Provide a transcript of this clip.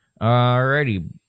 Alrighty